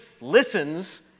listens